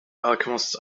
alchemist